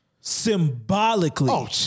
symbolically